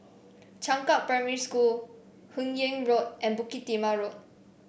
Changkat Primary School Hun Yeang Road and Bukit Timah Road